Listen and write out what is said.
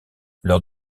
lors